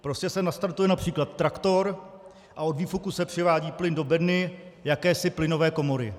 Prostě se nastartuje například traktor a od výfuku se přivádí plyn do bedny, jakési plynové komory.